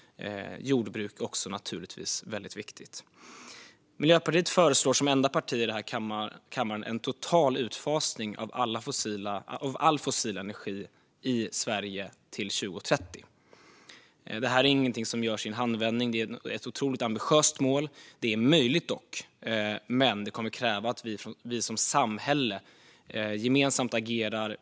Jordbruk är naturligtvis också väldigt viktigt. Miljöpartiet föreslår som enda parti i kammaren en total utfasning av all fossil energi i Sverige till 2030. Det är ingenting som görs i en handvändning. Det är ett otroligt ambitiöst mål. Det är dock möjligt att nå. Men det kommer att kräva att vi som samhälle gemensamt agerar.